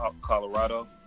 Colorado